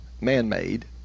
man-made